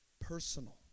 Personal